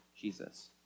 Jesus